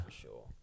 sure